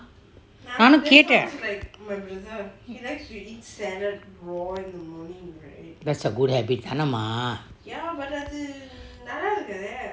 நானும் கேட்டே:naanum kette that's a good habit தானே:taane mah